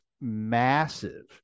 massive